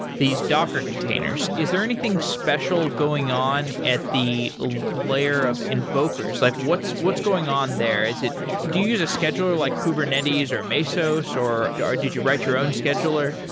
these docker containers. is there anything special going on at the layer of invokers? like what's what's going on there? is it do you use a scheduler like kubernetes or mesos or or did you write your own scheduler?